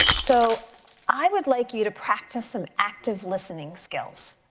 so i would like you to practice some active listening skills.